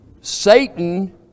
Satan